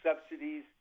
subsidies